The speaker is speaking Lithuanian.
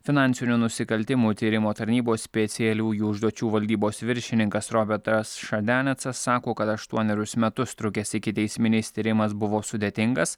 finansinių nusikaltimų tyrimo tarnybos specialiųjų užduočių valdybos viršininkas robertas šadianecas sako kad aštuonerius metus trukęs ikiteisminis tyrimas buvo sudėtingas